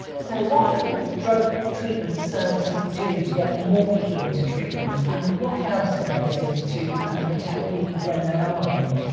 so what can drug treatment services do to get more people into treatment and what else can they do to protect people when they are in?